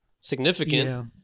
significant